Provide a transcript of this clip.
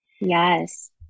Yes